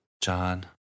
John